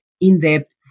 in-depth